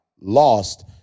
lost